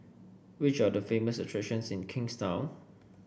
which are the famous attractions in Kingstown